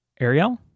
Ariel